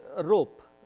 rope